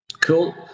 Cool